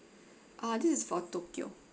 ah this is for tokyo